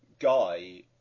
Guy